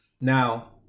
Now